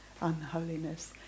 unholiness